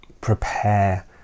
prepare